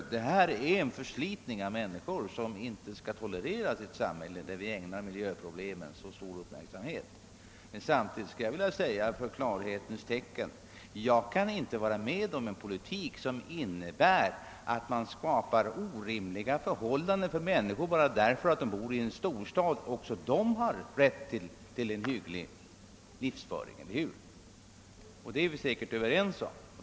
Den nuvarande situationen innebär en förslitning av människor som inte skall tolereras i ett samhälle där vi ägnar miljöproblemen så stor uppmärksamhet. Samtidigt vill jag klart säga ifrån, att jag inte kan vara med om en politik som betyder att man skapar orimliga förhållanden för människor bara därför att de bor i en storstad. Också de har rätt till en hygglig livsföring. Det är vi säkerligen överens om.